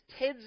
teds